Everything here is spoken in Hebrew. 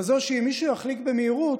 כזאת שאם מישהו יחליק במהירות,